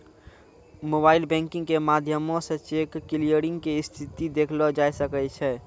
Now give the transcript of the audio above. mobile banking के माध्यमो से चेक क्लियरिंग के स्थिति देखलो जाय सकै छै